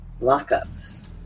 lockups